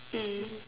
mm